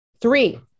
Three